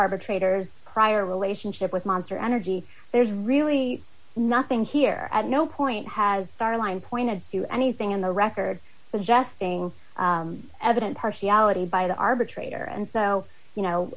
arbitrator's prior relationship with monster energy there's really nothing here at no point has star line pointed to anything in the record suggesting evident partiality by the arbitrator and so you know